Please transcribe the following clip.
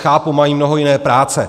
Chápu, mají mnoho jiné práce.